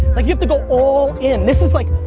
like you have to go all in. this is like,